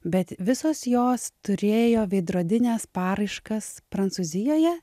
bet visos jos turėjo veidrodines paraiškas prancūzijoje